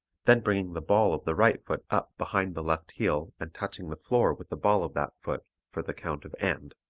then bringing the ball of the right foot up behind the left heel and touching the floor with the ball of that foot for the count of and